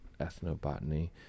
ethnobotany